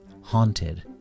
haunted